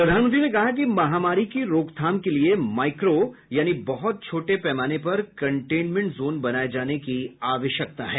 प्रधानमंत्री ने कहा कि महामारी की रोकथाम के लिए माइक्रो यानी बहुत छोटे पैमाने पर कंटेंनमेंट जोन बनाए जाने की आवश्यकता है